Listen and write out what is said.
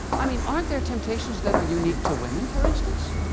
i mean, aren't there temptations that are unique to women, for instance?